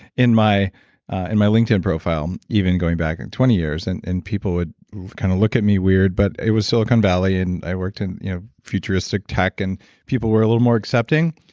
in my and my linkedin profile even going back and twenty years, and and people would kind of look at me weird but it was silicone valley and i worked in you know futuristic tech. and people were a little more accepting.